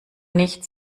nichts